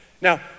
Now